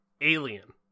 alien